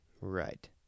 Right